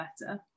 better